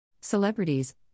Celebrities